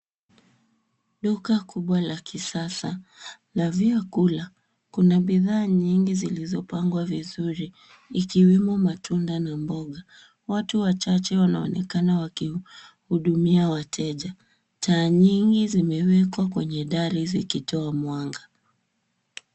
Duka kubwa la kisasa la vyakula. Kuna bidhaa nyingi zilizopangwa vizuri ikiwemo matunda na mboga. Watu wachache wanaonekana wakihudumia wateja. Taa nyingi zimewekwa kwenye dari zikitoa mwanga.